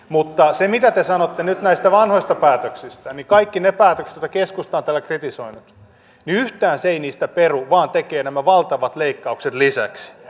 mutta se mitä te nyt sanotte näistä vanhoista päätöksistä niin kaikki ne päätökset joita keskusta on täällä kritisoinut niin yhtään se ei niistä peru vaan tekee nämä valtavat leikkaukset lisäksi